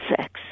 sex